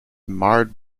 marred